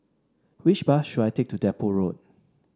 which bus should I take to Depot Road